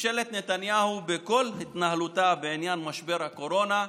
ממשלת נתניהו, בכל התנהלותה בעניין משבר הקורונה,